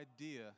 idea